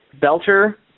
Belcher